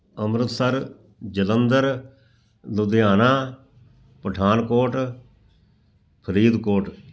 Amritsar Jalandhar Ludhiana Pathankot Faridkot